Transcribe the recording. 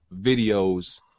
videos